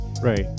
Right